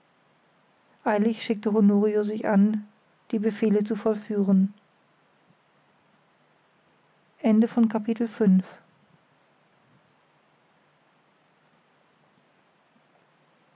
eilig schickte honorio sich an die befehle zu vollführen